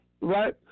Right